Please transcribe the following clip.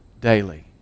daily